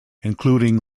including